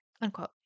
unquote